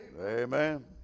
Amen